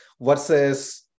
versus